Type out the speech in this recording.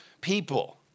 people